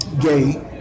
gay